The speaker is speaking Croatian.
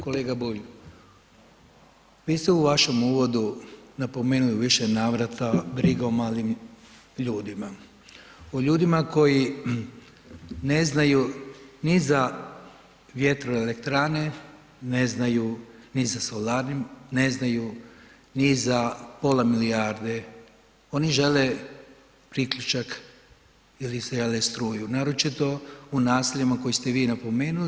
Kolega Bulj, vi ste u vašem uvodu napomenuli u više navrata brigu o malim ljudima, o ljudima koji ne znaju ni za vjetroelektrane, ne znaju ni za solarnim, ne znaju ni za pola milijarde, oni žele priključak ili se … [[Govornik se ne razumije]] struju, naročito u naseljima koje ste vi napomenuli.